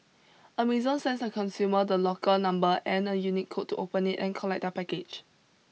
Amazon sends a customer the locker number and a unique code to open it and collect their package